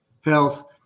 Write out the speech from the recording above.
health